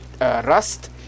rust